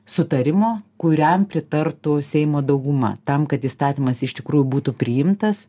sutarimo kuriam pritartų seimo dauguma tam kad įstatymas iš tikrųjų būtų priimtas